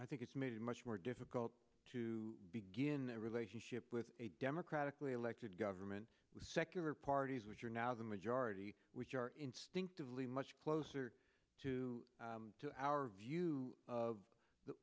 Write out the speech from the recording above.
i think it's made it much more difficult to begin a relationship with a democratically elected government with secular parties which are now the majority which are instinctively much closer to our view of the